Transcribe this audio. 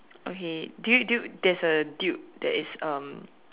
okay do you do there's a dude that is um